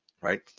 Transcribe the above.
right